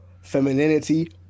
femininity